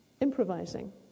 improvising